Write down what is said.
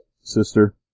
sister